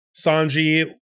Sanji